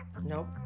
Nope